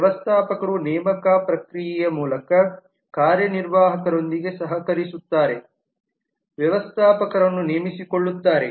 ವ್ಯವಸ್ಥಾಪಕರು ನೇಮಕ ಪ್ರಕ್ರಿಯೆಯ ಮೂಲಕ ಕಾರ್ಯನಿರ್ವಾಹಕರೊಂದಿಗೆ ಸಹಕರಿಸುತ್ತಾರೆ ವ್ಯವಸ್ಥಾಪಕರನ್ನು ನೇಮಿಸಿಕೊಳ್ಳುತ್ತಾರೆ